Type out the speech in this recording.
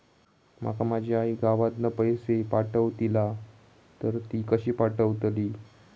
माका माझी आई गावातना पैसे पाठवतीला तर ती कशी पाठवतली?